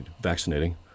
vaccinating